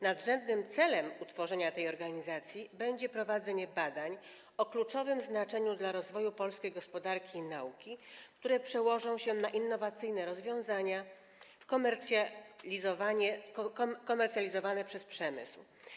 Nadrzędnym celem utworzenia tej organizacji będzie prowadzenie badań o kluczowym znaczeniu dla rozwoju polskiej gospodarki i nauki, które przełożą się na innowacyjne rozwiązania komercjalizowane przez przemysł.